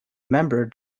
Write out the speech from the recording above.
member